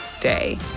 day